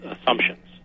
assumptions